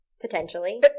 potentially